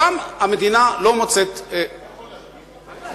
אותם המדינה לא מוצאת, אתה יכול להסביר את זה?